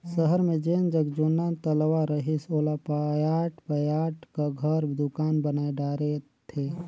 सहर मे जेन जग जुन्ना तलवा रहिस ओला पयाट पयाट क घर, दुकान बनाय डारे थे